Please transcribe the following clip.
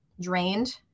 drained